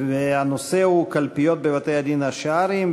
הנושא הוא: קלפיות בבתי-דין שרעיים.